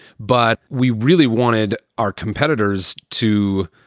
but we really wanted our competitors to,